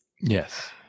yes